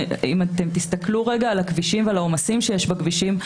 אם תסתכלו על הכבישים ועל העומסים שיש בכבישים,